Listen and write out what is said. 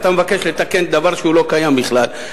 אתה מבקש לתקן דבר שלא קיים בכלל,